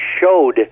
showed